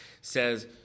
says